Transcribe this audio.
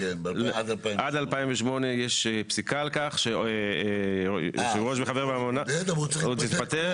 עד 2008 יש פסיקה על כך שיושב ראש וחבר ועדה ממונה הוא מתפטר,